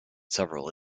several